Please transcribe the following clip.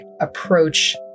approach